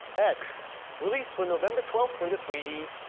x released for november twelfth for the three ds.